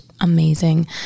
amazing